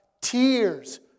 Tears